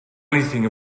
anything